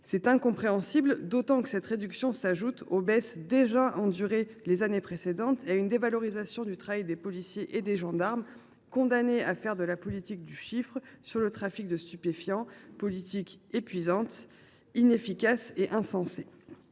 plus incompréhensible que cette réduction s’ajoute aux baisses déjà consenties les années précédentes et à une dévalorisation du travail des policiers et des gendarmes, condamnés à faire de la politique du chiffre en matière de trafic de stupéfiants, politique épuisante, inefficace et insensée.